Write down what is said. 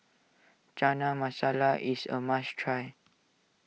Chana Masala is a must try